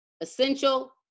Essential